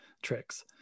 tricks